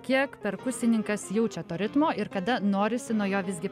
kiek perkusininkas jaučia to ritmo ir kada norisi nuo jo visgi